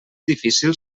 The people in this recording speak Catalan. difícil